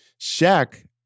Shaq